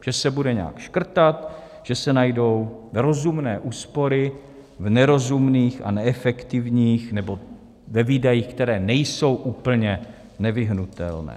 Že se bude nějak škrtat, že se najdou rozumné úspory v nerozumných a neefektivních nebo ve výdajích, které nejsou úplně nevyhnutelné.